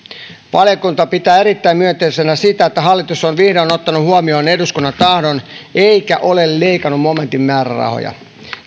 valiokunta pitää erittäin myönteisenä sitä että hallitus on vihdoin ottanut huomioon eduskunnan tahdon eikä ole leikannut momentin määrärahoja